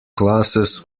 classes